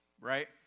right